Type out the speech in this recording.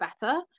better